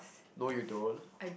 no you don't